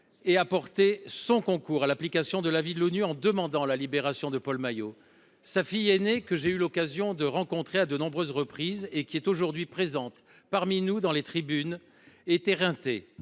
doit apporter son concours à l’application de l’avis de l’ONU en demandant la libération de Paul Maillot. Sa fille aînée, que j’ai eu l’occasion de rencontrer à de nombreuses reprises et qui se trouve cet après midi en tribune, est éreintée